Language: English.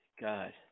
God